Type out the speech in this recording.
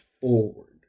forward